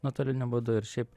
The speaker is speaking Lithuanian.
nuotoliniu būdu ir šiaip